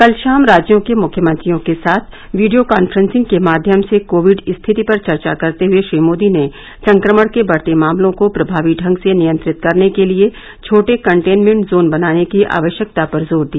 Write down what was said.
कल शाम राज्यों के मुख्यमंत्रियों के साथ वीडियो कॉन्फ्रेंसिंग के माध्यम से कोविड़ स्थिति पर चर्चा करते हुए श्री मोदी ने संक्रमण के बढ़ते मामलों को प्रभावी ढंग से नियंत्रित करने के लिए छोटे कंटेनमेंट जोन बनाने की आवश्यकता पर जोर दिया